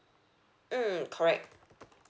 mm correct